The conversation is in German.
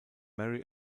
mary